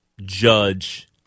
judge